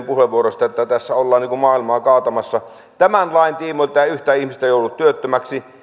puheenvuoroista että tässä ollaan niin kuin maailmaa kaatamassa tämän lain tiimoilta ei yhtään ihmistä joudu työttömäksi